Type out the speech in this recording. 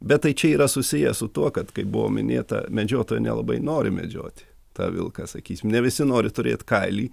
bet tai čia yra susiję su tuo kad kaip buvo minėta medžiotojai nelabai nori medžioti tą vilką sakysim ne visi nori turėt kailį